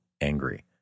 angry